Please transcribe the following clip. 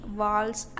walls